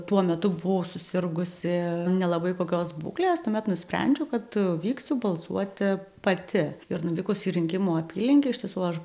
tuo metu buvau susirgusi nelabai kokios būklės tuomet nusprendžiau kad vyksiu balsuoti pati ir nuvykus į rinkimų apylinkę iš tiesų aš